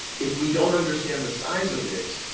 if we don't understand the size of it,